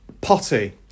Potty